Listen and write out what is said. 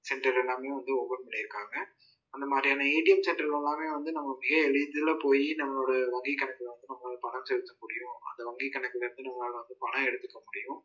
centre எல்லாமே வந்து open பண்ணியிருக்காங்க அந்த மாதிரியான ஏடிஎம் சென்டர் எல்லாமே வந்து நம்ம மிக எளிதில் போய் நம்மளுடைய வங்கி கணக்கில் வந்து நம்மளால் பணம் செலுத்த முடியும் அந்த வங்கி கணக்கிலேருந்து நம்மளால் வந்து பணம் எடுத்துக்க முடியும்